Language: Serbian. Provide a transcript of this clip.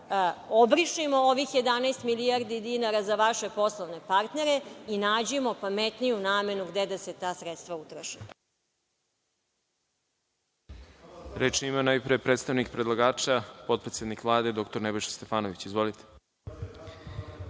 obrišemo ovih 11 milijardi dinara za vaše poslovne partnere i nađimo pametniju namenu gde da se ta sredstva utroše. **Đorđe Milićević** Reč ima najpre predstavnik predlagača potpredsednik Vlade dr Nebojša Stefanović. Izvolite.